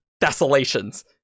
desolations